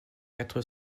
quatre